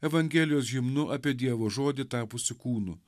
evangelijos himnu apie dievo žodį tapusį kūnu